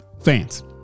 fans